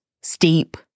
steep